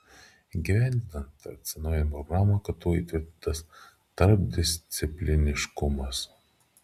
įgyvendinant atsinaujinimo programą ktu įtvirtintas tarpdiscipliniškumas